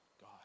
God